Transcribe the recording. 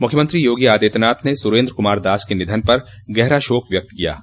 मुख्यमंत्री योगी आदित्यनाथ ने सुरेन्द्र कुमार दास के निधन पर गहरा शोक व्यक्त किया है